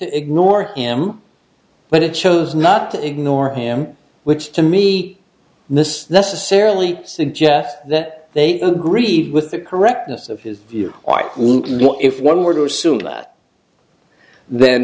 ignore him but it chose not to ignore him which to me this necessarily suggests that they agree with the correctness of his view if one were to assume that then